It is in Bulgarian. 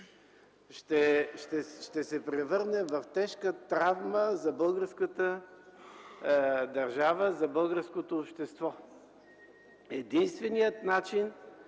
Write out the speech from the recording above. ще се превърне в тежка травма за българската държава, за българското общество. Единственият начин